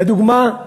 לדוגמה,